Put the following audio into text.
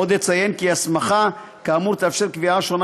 עוד אציין כי הסמכה כאמור תאפשר קביעה שונה